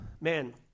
man